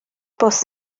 bws